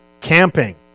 Camping